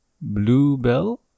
Bluebell